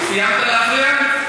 סיימת להפריע?